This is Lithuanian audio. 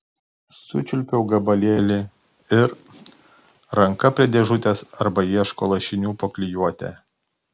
sučiulpiau gabalėlį ir ranka prie dėžutės arba ieško lašinių po klijuotę